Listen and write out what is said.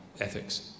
ethics